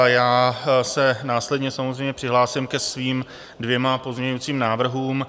Já se následně samozřejmě přihlásím ke svým dvěma pozměňovacím návrhům.